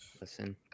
Listen